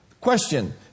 Question